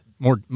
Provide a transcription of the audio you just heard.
More